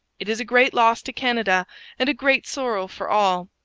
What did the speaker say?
it is a great loss to canada and a great sorrow for all.